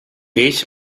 each